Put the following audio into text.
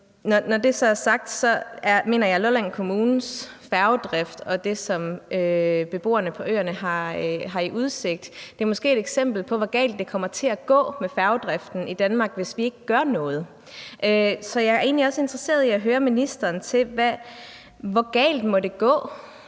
som man i forhold til Lolland Kommunes færgedrift, og det, som beboerne på øerne har i udsigt, måske er et eksempel på, hvor galt det kommer til at gå med færgedriften i Danmark, hvis vi ikke gør noget. Så jeg er egentlig også interesseret i at høre ministeren om, hvor galt det må gå